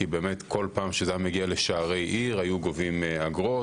כי כל פעם שזה היה מגיע לשערי עיר היו גובים אגרות,